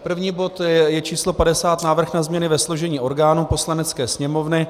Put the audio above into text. První bod je číslo 50, Návrh na změny ve složení orgánů Poslanecké sněmovny.